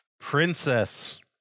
princess